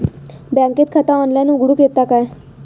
बँकेत खाता ऑनलाइन उघडूक येता काय?